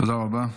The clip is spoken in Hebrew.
תודה רבה.